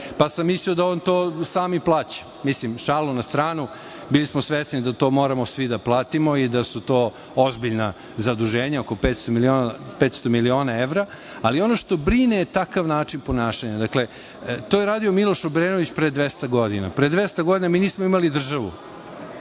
pa sam mislio da on to sam plaća. Šalu na stranu, mi smo svesni da to moramo svi da platimo i da su to ozbiljna zaduženja, oko 500 miliona evra, ali ono što brine je takav način ponašanja. To je radio Miloš Obrenović pre 200 godina. Pre 200 godina mi nismo imali državu.